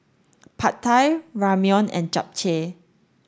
Pad Thai Ramyeon and Japchae